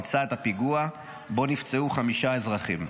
הוא ביצע את הפיגוע שבו נפצעו חמישה אזרחים.